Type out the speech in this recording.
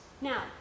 Now